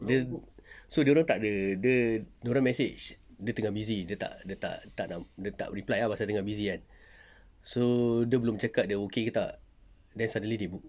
dia so dorang tak ada dia dorang message dia tengah busy dia tak dia tak dia tak dia tak reply pasal tengah busy kan so dia belum cakap dia okay ke tak then suddenly they book